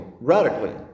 radically